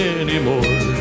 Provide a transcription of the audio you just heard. anymore